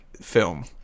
film